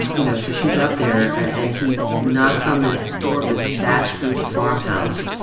you know, so she's up there. and he knocks on this door of this thatched-roof farmhouse.